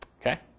Okay